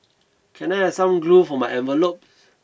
can I have some glue for my envelopes